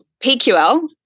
PQL